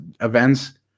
events